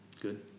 good